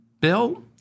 bill